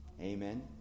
Amen